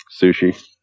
Sushi